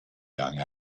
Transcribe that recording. young